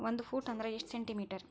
ಒಂದು ಫೂಟ್ ಅಂದ್ರ ಎಷ್ಟು ಸೆಂಟಿ ಮೇಟರ್?